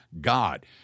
God